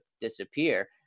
disappear